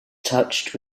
touched